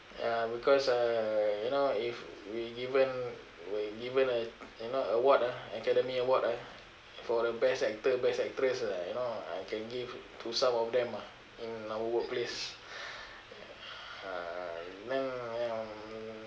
ya because uh you know if we given we given a you know award ah academy award ah for the best actor best actress lah you know I can give to some of them ah in our workplace uh then um